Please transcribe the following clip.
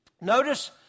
Notice